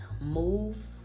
move